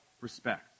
respect